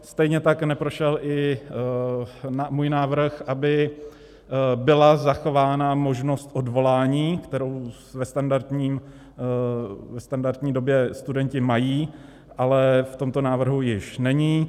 Stejně tak neprošel i můj návrh, aby byla zachována možnost odvolání, kterou ve standardní době studenti mají, ale v tomto návrhu již není.